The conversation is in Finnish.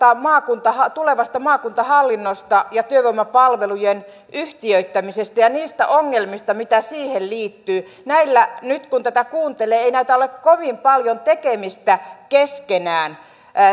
tulevasta maakuntahallinnosta ja työvoimapalvelujen yhtiöittämisestä ja niistä ongelmista mitä siihen liittyy nyt kun tätä kuuntelee näillä ei näytä olevan kovin paljon tekemistä keskenään